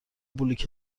بلوک